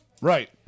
right